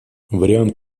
вариант